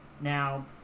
Now